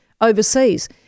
overseas